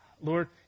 Lord